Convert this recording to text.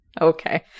Okay